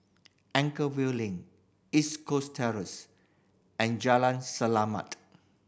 Anchorvale Link East Coast Terrace and Jalan Selamat